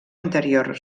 interior